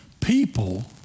People